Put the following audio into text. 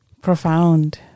profound